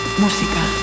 música